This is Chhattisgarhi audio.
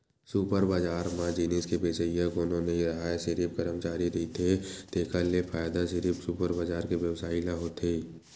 सुपर बजार म जिनिस के बेचइया कोनो नइ राहय सिरिफ करमचारी रहिथे तेखर ले फायदा सिरिफ सुपर बजार के बेवसायी ल होथे